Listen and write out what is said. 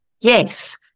Yes